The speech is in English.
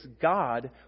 God